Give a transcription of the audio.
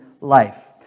life